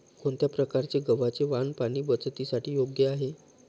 कोणत्या प्रकारचे गव्हाचे वाण पाणी बचतीसाठी योग्य आहे?